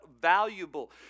valuable